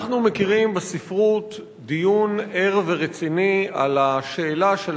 אנחנו מכירים בספרות דיון ער ורציני על השאלה של